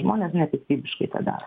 žmonės ne piktybiškai tą daro